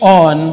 on